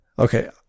Okay